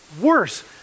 Worse